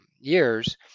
years